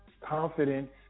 confidence